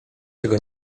czego